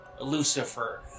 Lucifer